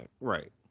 Right